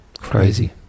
crazy